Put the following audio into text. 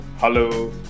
Hello